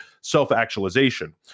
self-actualization